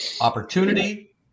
opportunity